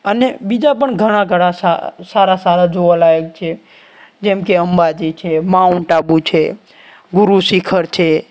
અને બીજા પણ ઘણા ઘણા સારા સારા જોવાલાયક છે જેમ કે અંબાજી છે માઉન્ટ આબુ છે ગુરુ શિખર છે